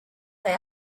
they